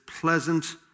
pleasant